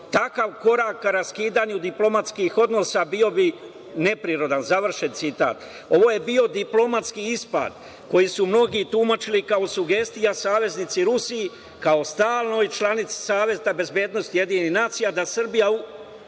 takav korak o raskidanju diplomatskih odnosa bio bi neprirodan“,završen citat. Ovo je bio diplomatski ispad koji su mnogi tumačili kao sugestiju saveznici Rusiji, kao stalnoj članici Saveta bezbednosti UN, da Srbija